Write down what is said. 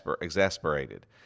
exasperated